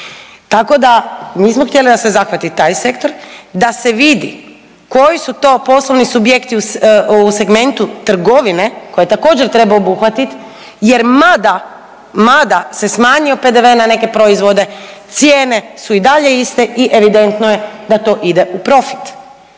Tako da nismo htjeli da se zahvati taj sektor, da se vidi koji su to poslovni subjekti u segmentu trgovine koju također treba obuhvatit jer mada, mada se smanjio PDV na neke proizvode cijene su i dalje iste i evidentno je da to ide u profit.